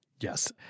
Yes